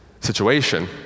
situation